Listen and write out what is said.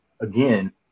again